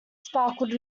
sparkled